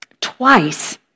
Twice